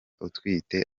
utwite